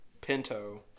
Pinto